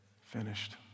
finished